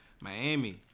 Miami